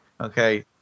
okay